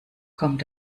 kommt